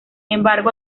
embargo